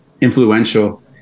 influential